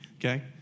Okay